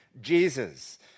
Jesus